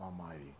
Almighty